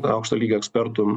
aukšto lygio ekspertų